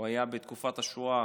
הוא היה בתקופת השואה